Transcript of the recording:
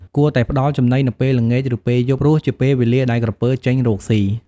គួរតែផ្តល់ចំណីនៅពេលល្ងាច ឬពេលយប់ ព្រោះជាពេលវេលាដែលក្រពើចេញរកចំណី។